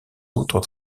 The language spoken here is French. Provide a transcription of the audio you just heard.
autres